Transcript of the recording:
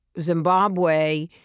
Zimbabwe